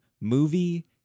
movie